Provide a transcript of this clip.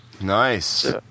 Nice